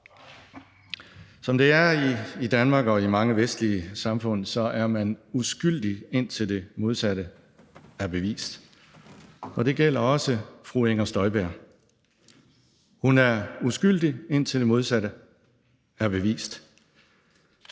Som det er i Danmark og i mange vestlige samfund, er man uskyldig, indtil det modsatte er bevist, og det gælder også fru Inger Støjberg. Hun er uskyldig, indtil det modsatte er bevist,